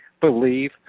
believe